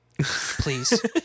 Please